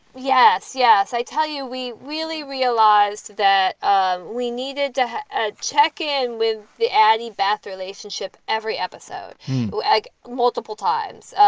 yes. yes. i tell you, we really realized that ah we needed to ah check in with the adi barthe relationship every episode like multiple times,